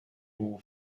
aux